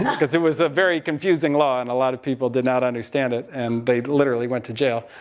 because it was a very confusing law. and a lot of people did not understand it. and they literally went to jail.